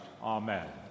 Amen